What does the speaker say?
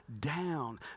down